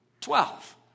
Twelve